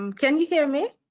um can you hear me?